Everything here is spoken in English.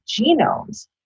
genomes